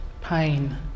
pain